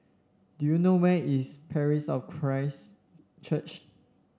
do you know where is Parish of Christ Church